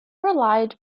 relied